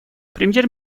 премьер